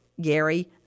gary